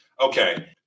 Okay